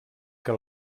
que